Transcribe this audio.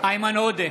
איימן עודה,